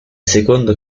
secondo